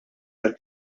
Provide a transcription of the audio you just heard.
tal